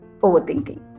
overthinking